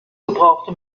gebrauchte